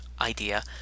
idea